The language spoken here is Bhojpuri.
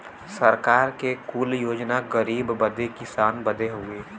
सरकार के कुल योजना गरीब बदे किसान बदे हउवे